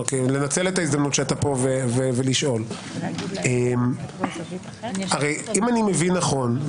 לנצל את ההזדמנות שאתה פה ולשאול אם אני מבין נכון,